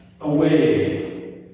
away